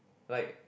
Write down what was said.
like